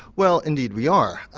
well indeed we are.